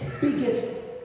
biggest